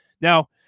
now